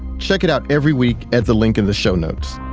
check it out every week at the link in the show notes.